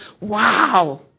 wow